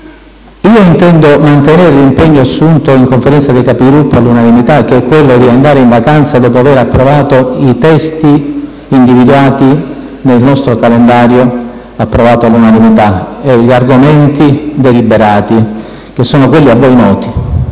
Io intendo mantenere l'impegno assunto in Conferenza dei Capigruppo all'unanimità, che è quello di andare in vacanza dopo aver approvato i testi individuati nel nostro calendario approvato all'unanimità e gli argomenti deliberati, che sono quelli a voi noti.